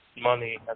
money